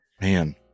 man